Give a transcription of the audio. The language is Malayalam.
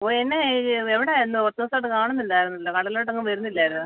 ഓ എന്നാ എവിടെ ആയിരുന്നു കുറച്ച് ദിവസമായിട്ട് കാണുന്നില്ലായിരുന്നല്ലോ കടയിലോട്ടെങ്ങും വരുന്നില്ലായിരുന്നോ